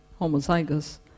homozygous